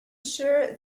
sure